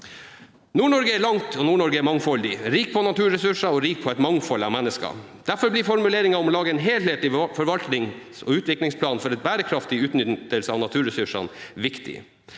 Nord-Norge er langt og mangfoldig – rikt på naturressurser og rikt på et mangfold av mennesker. Derfor blir formuleringen om å lage en helhetlig forvaltnings- og utviklingsplan for en bærekraftig utnyttelse av naturressursene viktig.